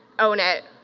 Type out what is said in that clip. own it.